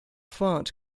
font